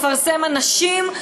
לפרסם אנשים,